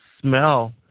smell